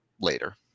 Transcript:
later